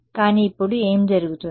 కానీ ఇప్పుడు ఏం జరుగుతుంది